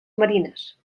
marines